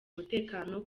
umutekano